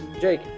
jake